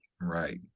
right